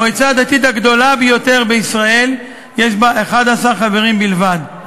המועצה הדתית הגדולה ביותר בישראל יש בה 11 חברים בלבד.